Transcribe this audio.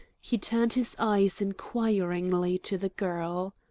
he turned his eyes inquiringly to the girl.